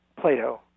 Plato